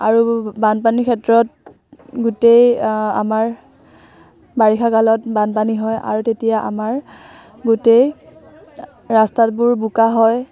আৰু বানপানীৰ ক্ষেত্ৰত গোটেই আমাৰ বাৰিষা কালত বানপানী হয় আৰু তেতিয়া গোটেই আমাৰ গোটেই ৰাস্তাবোৰ বোকা হয়